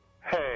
Hey